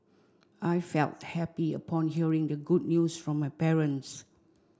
I felt happy upon hearing the good news from my parents